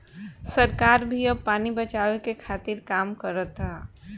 सरकार भी अब पानी बचावे के खातिर काम करता